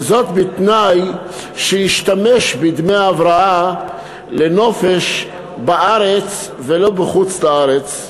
וזאת בתנאי שישתמש בדמי ההבראה לנופש בארץ ולא בחוץ-לארץ.